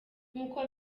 nkuko